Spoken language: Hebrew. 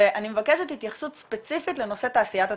אני מבקשת התייחסות ספציפית לתעשיית הטבק.